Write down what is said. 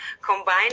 combine